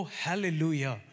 hallelujah